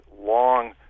long